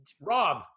Rob